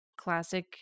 classic